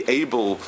able